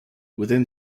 within